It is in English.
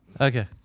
Okay